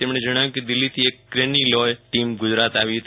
તેમણે જણાવ્યું કે દિલ્હથી એક કેન્રીલોય ટીમ ગુરજાત આવી હતી